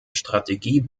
strategie